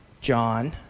John